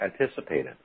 anticipated